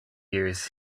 years